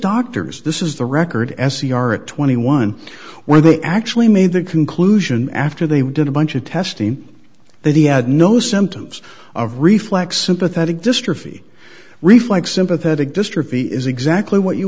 doctors this is the record s c r at twenty one where they actually made the conclusion after they did a bunch of testing that he had no symptoms of reflex sympathetic dystrophy reflex sympathetic dystrophy is exactly what you